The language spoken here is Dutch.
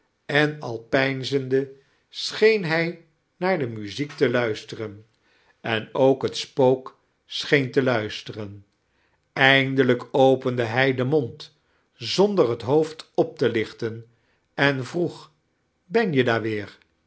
en al peinzende scheen hij naar de muziek te luisteren en ook het spook scheen te luisteren eindelijk opende hij den mond zander het hoofd op te lighten en vroeg ben je daar weer